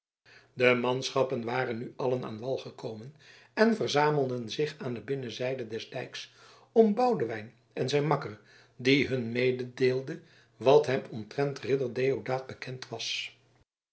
de manschappen waren nu allen aan wal gekomen en verzamelden zich aan de binnenzijde des dijks om boudewijn en zijn makker die hun mededeelde wat hem omtrent ridder deodaat bekend was